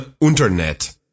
Internet